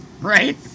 right